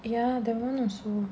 ya that [one] also